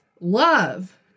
love